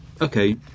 Okay